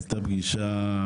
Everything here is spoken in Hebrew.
הייתה פגישה,